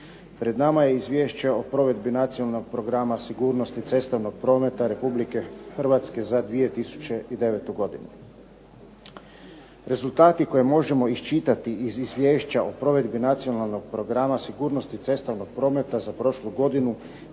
Pred nama je izvješće o provedbi Nacionalnog programa sigurnosti cestovnog prometa Republike Hrvatske za 2009. godinu. Rezultati koje možemo iščitati iz izvješća o provedbi Nacionalnog programa sigurnosti cestovnog prometa Republike